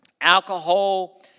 alcohol